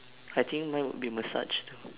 I think mine would be massage